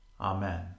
Amen